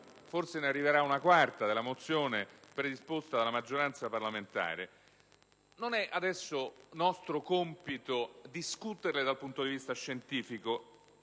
forse ne arriverà una quarta - della mozione predisposta dalla maggioranza non è adesso nostro compito discuterle dal punto di vista scientifico.